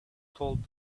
told